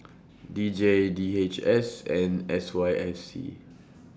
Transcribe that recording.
D J D H S and S Y F C